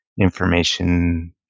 Information